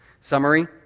Summary